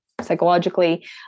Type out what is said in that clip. psychologically